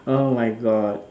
oh my God